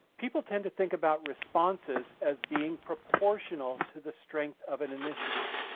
people tend to think about responses as being proportional to the strength of an initiative.